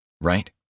right